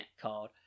called